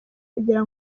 kugira